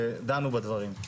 ודנו בדברים.